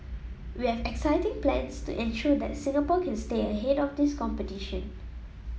we have exciting plans to ensure that Singapore can stay ahead of this competition